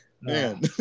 man